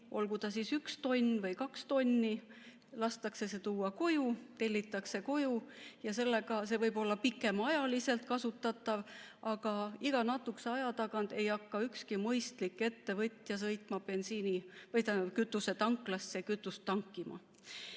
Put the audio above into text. olgu ta üks tonn või kaks tonni, lastakse see kütus tuua koju, tellitakse koju, ja see võib olla pikemaajaliselt kasutatav. Aga iga natukese aja tagant ei hakka ükski mõistlik ettevõtja sõitma tanklasse kütust tankima.